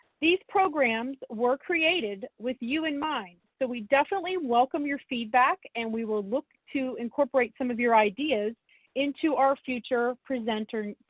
these programs were created with you in mind so we definitely welcome your feedback and we will look to incorporate some of your ideas into our future presenter,